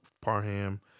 Parham